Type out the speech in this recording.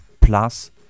plus